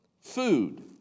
Food